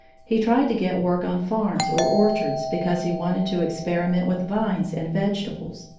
he tried to get work on farms or orchards, because he wanted to experiment with vines and vegetables.